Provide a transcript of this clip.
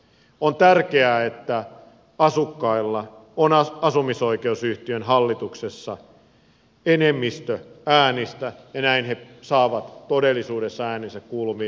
on tärkeää että asukkailla on asumisoikeusyhtiön hallituksessa enemmistö äänistä ja näin he saavat todellisuudessa äänensä kuuluviin